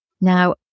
Now